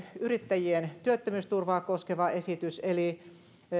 yrittäjien työttömyysturvaa koskeva esitys eli